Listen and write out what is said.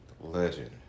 legend